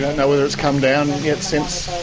know whether it's come down yet since?